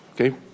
okay